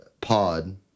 pod